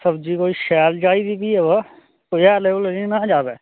सब्जी कोई शैल चाहिदी कि बा कोई हैल ऊल च नि न ज्यादा